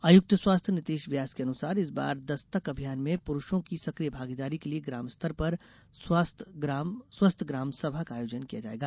आयुक्त स्वास्थ्य नीतेश व्यास के अनुसार इस बार दस्तक अभियान में प्ररूषों की सक्रिय भागीदारी के लिये ग्राम स्तर पर स्वस्थ ग्राम सभा का आयोजन किया जायेगा